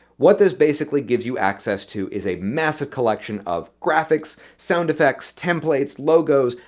what this basically gives you access to is a massive collection of graphics, sound effects, templates, logos,